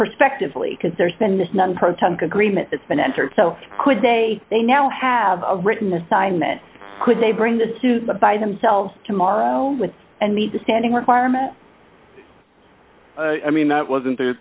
prospectively because there's been this non protons agreement that's been entered so could they they now have a written assignment could they bring this to the by themselves tomorrow with and meet the standing requirement i mean that wasn't the